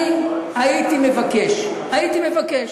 אני הייתי מבקש, הייתי מבקש,